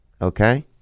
Okay